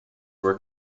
were